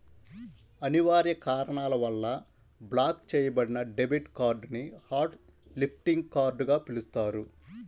అనివార్య కారణాల వల్ల బ్లాక్ చెయ్యబడిన డెబిట్ కార్డ్ ని హాట్ లిస్టింగ్ కార్డ్ గా పిలుస్తారు